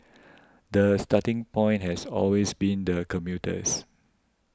the starting point has always been the commuters